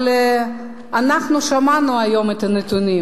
אבל אנחנו שמענו היום את הנתונים,